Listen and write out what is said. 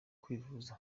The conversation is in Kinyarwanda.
kwivuza